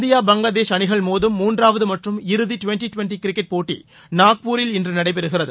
India Bangladesh அணிகள் மோதும் மூன்றாவது மற்றும் இறுதி ட்வெண்ட்டி ட்வெண்ட்டி கிரிக்கெட் போட்டி நாக்பூரில் இன்று நடைபெறுகிறது